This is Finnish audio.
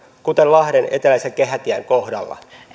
kuten lahden eteläisen kehätien kohdalla